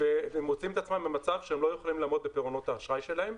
ומוצאים את עצמם במצב שהם לא יכולים לעמוד בפירעונות האשראי שלהם,